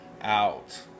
out